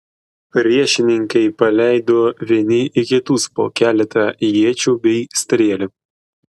priešininkai paleido vieni į kitus po keletą iečių bei strėlių